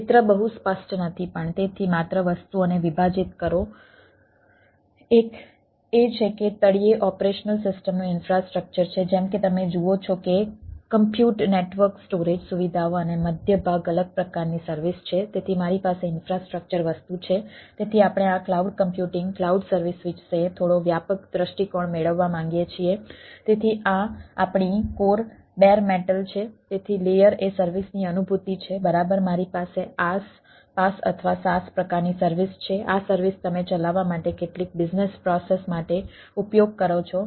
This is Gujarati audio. ચિત્ર બહુ સ્પષ્ટ નથી પણ તેથી માત્ર વસ્તુઓને વિભાજિત કરો એક એ છે કે તળિયે ઓપરેશનલ સિસ્ટમ માટે ઉપયોગ કરો છો